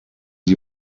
die